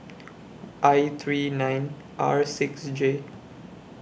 I three nine R six J